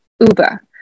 uber